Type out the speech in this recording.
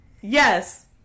Yes